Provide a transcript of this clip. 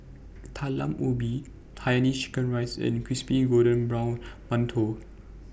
Talam Ubi Hainanese Chicken Rice and Crispy Golden Brown mantou